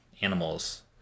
animals